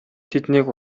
тэднийг